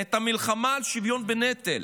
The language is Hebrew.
את המלחמה על שוויון בנטל